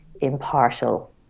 impartial